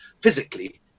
physically